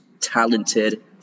talented